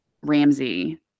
Ramsey